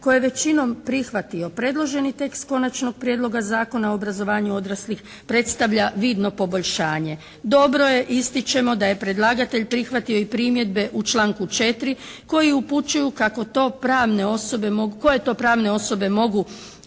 je većinom prihvatio, predloženi tekst Konačnog prijedloga zakona o obrazovanju odraslih predstavlja vidno poboljšanje. Dobro je, ističemo da je predlagatelj prihvatio i primjedbe u članku 4. koji upućuju koje to pravne osobe mogu